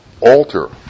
alter